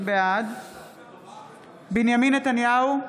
בעד בנימין נתניהו,